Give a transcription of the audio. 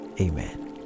amen